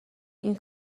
این